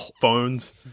phones